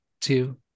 two